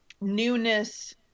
Newness